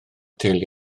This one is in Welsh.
teulu